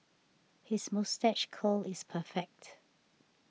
his moustache curl is perfect